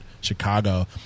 Chicago